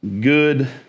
good